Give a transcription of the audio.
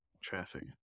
traffic